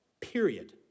period